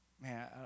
Man